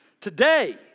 Today